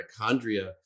mitochondria